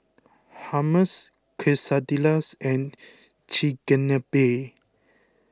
Hummus Quesadillas and Chigenabe